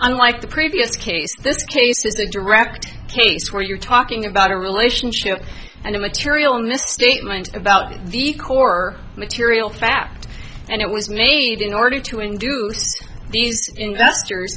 unlike the previous case this case is the direct case where you're talking about a relationship and a material misstatement about the core material fact and it was made in order to induce these investors